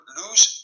lose